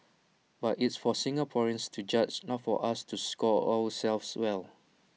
but it's for Singaporeans to judge not for us to score ourselves well